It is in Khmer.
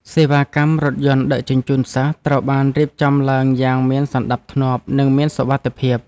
សេវាកម្មរថយន្តដឹកជញ្ជូនសិស្សត្រូវបានរៀបចំឡើងយ៉ាងមានសណ្តាប់ធ្នាប់និងមានសុវត្ថិភាព។